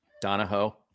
Donahoe